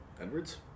Edwards